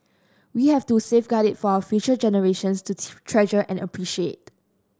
we have to safeguard it for our future generations to treasure and appreciate